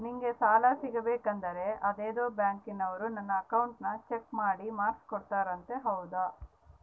ನಂಗೆ ಸಾಲ ಸಿಗಬೇಕಂದರ ಅದೇನೋ ಬ್ಯಾಂಕನವರು ನನ್ನ ಅಕೌಂಟನ್ನ ಚೆಕ್ ಮಾಡಿ ಮಾರ್ಕ್ಸ್ ಕೊಡ್ತಾರಂತೆ ಹೌದಾ?